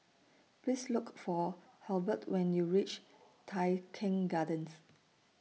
Please Look For Halbert when YOU REACH Tai Keng Gardens